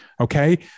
okay